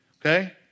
Okay